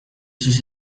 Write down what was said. sus